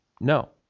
No